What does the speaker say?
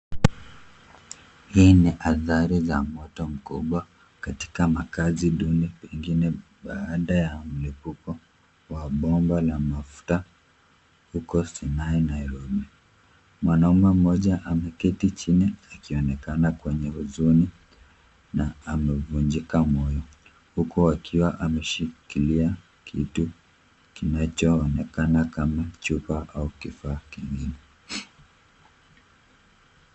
Hii ni athari za moto mkubwa katika makazi duni pengine baada ya mlipuko wa bomba la mafuta huko Sinai, Nairobi. Mwanaume mmoja ameketi chini akionekana kwenye huzuni na amevunjika moyo, huku akiwa ameshikilia kitu kinachoonekana kama chupa au kifaa kingine.